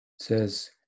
says